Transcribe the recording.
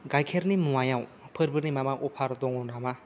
गायखेरनि मुवायाव फोरबोनि माबा अफार दङ नामा